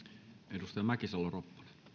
arvoisa puhemies ensinnäkin kiitoksia